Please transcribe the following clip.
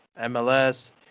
MLS